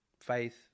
faith